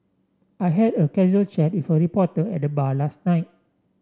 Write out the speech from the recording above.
I had a casual chat with a reporter at the bar last night